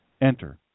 enter